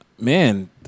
man